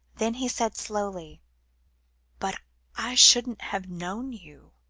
then he said slowly but i shouldn't have known you